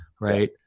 Right